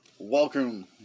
Welcome